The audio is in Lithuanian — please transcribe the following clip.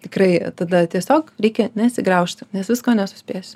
tikrai tada tiesiog reikia nesigraužti nes visko nesuspėsi